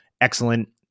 excellent